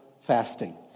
fasting